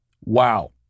wow